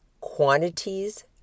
Quantities